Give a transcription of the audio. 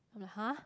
I'm like !huh!